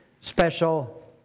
special